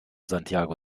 santiago